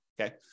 okay